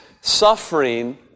Suffering